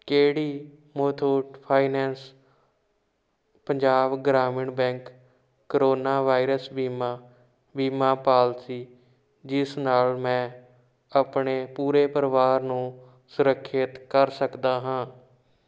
ਕਿਹੜੀ Muthoot finance Punjab Gramin bank corona virus ਬੀਮਾ ਬੀਮਾ ਪਾਲਿਸੀ ਜਿਸ ਨਾਲ ਮੈਂ ਆਪਣੇ ਪੂਰੇ ਪਰਿਵਾਰ ਨੂੰ ਸੁਰੱਖਿਅਤ ਕਰ ਸਕਦਾ ਹਾਂ